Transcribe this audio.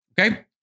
Okay